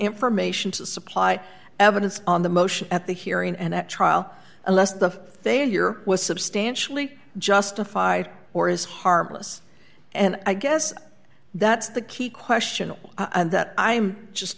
information to supply evidence on the motion at the hearing and at trial unless the failure was substantially justified or is harmless and i guess that's the key question and that i'm just